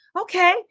Okay